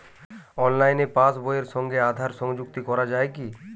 অনলাইনে পাশ বইয়ের সঙ্গে আধার সংযুক্তি করা যায় কি?